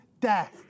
death